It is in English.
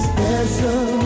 Special